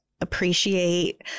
appreciate